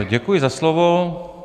Děkuji za slovo.